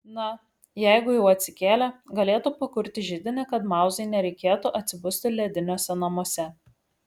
na jeigu jau atsikėlė galėtų pakurti židinį kad mauzai nereikėtų atsibusti lediniuose namuose